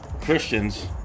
Christians